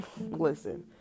listen